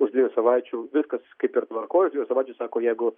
už dviejų savaičių viskas kaip ir tvarkoj už dviejų savaičių sako jeigu